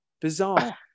Bizarre